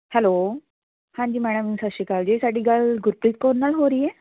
hello ਹਾਂਜੀ madam ਸਤਿ ਸ਼੍ਰੀ ਅਕਾਲ ਜੀ ਸਾਡੀ ਗੱਲ ਗੁਰਪ੍ਰੀਤ ਕੌਰ ਨਾਲ ਹੋ ਰਹੀ ਹੈ